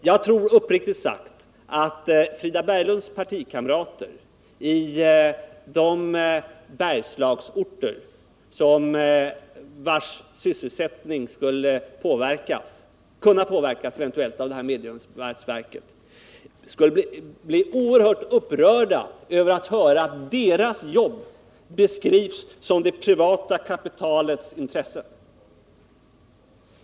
Jag tror att Frida Berglunds partikamrater i de Bergslagsorter vars sysselsättning skulle kunna påverkas av mediumvalsverket i Norrbotten skulle bli oerhört upprörda över att höra att deras jobb beskrivs som det privata kapitalets intressen.